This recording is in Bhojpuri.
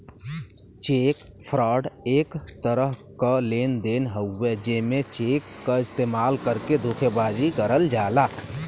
चेक फ्रॉड एक तरह क लेन देन हउवे जेमे चेक क इस्तेमाल करके धोखेबाजी करल जाला